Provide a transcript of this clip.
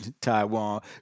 Taiwan